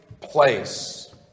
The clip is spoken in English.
place